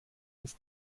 ist